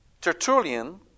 Tertullian